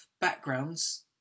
backgrounds